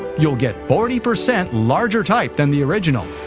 you'll get forty percent larger type than the original.